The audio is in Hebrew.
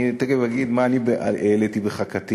אני תכף אגיד מה אני העליתי בחכתי